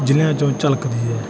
ਜ਼ਿਲ੍ਹਿਆਂ 'ਚੋਂ ਝਲਕਦੀ ਹੈ